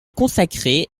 consacrée